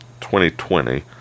2020